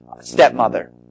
stepmother